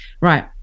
right